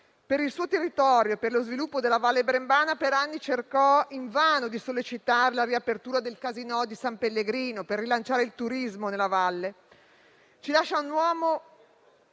Per il suo territorio, per lo sviluppo della Val Brembana, per anni cercò invano di sollecitare la riapertura del casinò di San Pellegrino, proprio per rilanciare il turismo nella valle. Ci lascia un uomo